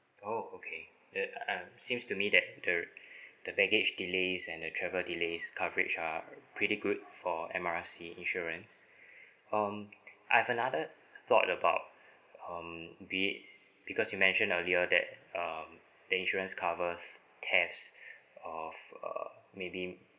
oh okay then um seems to me that the the baggage delays and the travel delays coverage are pretty good for M R C insurance um I've another thought about um be it because you mentioned earlier that um the insurance covers test of uh maybe